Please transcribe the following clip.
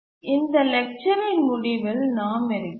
இந்த லெக்சரின் முடிவில் நாம் இருக்கிறோம்